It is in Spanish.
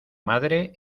madre